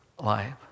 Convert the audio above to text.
life